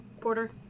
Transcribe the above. Porter